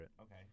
okay